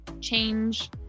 change